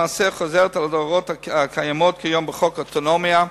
למעשה חוזרת על ההוראות הקיימות כיום בחוק האנטומיה והפתולוגיה,